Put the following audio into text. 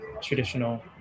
traditional